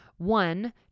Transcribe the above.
One